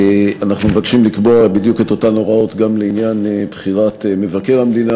אנחנו מבקשים לקבוע בדיוק את אותן הוראות גם לעניין בחירת מבקר המדינה,